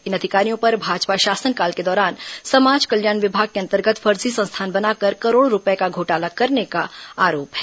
इन अधिकारियों पर भाजपा शासनकाल के दौरान समाज कल्याण विभाग के अंतर्गत फर्जी संस्थान बनाकर करोड़ों रुपए का घोटाला करने का आरोप है